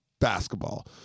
basketball